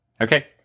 Okay